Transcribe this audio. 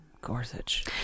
Gorsuch